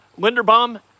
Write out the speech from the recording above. Linderbaum